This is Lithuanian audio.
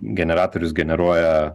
generatorius generuoja